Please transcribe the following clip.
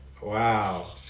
Wow